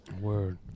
Word